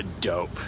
dope